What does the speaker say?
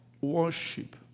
worship